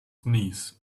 knees